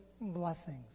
blessings